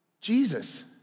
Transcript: Jesus